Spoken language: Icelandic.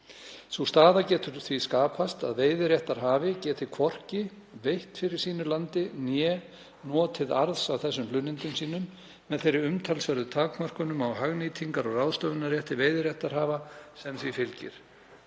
Sú staða getur því skapast að veiðiréttarhafi geti hvorki veitt fyrir sínu landi né notið arðs af þessum hlunnindum sínum með þeirri umtalsverðu takmörkun á hagnýtingar- og ráðstöfunarrétti veiðiréttarhafa sem því fylgir.